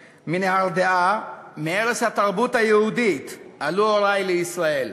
מנהרדעא, מערש התרבות היהודית, עלו הורי לישראל.